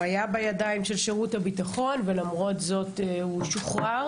הוא היה בידיים של שירות הביטחון ולמרות זאת הוא שוחרר